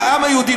לעם היהודי,